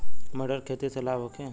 मटर के खेती से लाभ होखे?